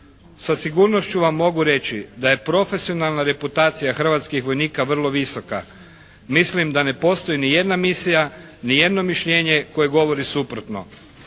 Sa sigurnošću vam mogu reći da je profesionalna reputacija hrvatskih vojnika vrlo visoka. Mislim da je postoji ni jedna misija, ni jedno mišljenje koje govori suprotno.